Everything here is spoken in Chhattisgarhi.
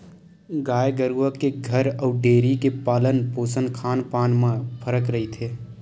गाय गरुवा के घर अउ डेयरी के पालन पोसन खान पान म फरक रहिथे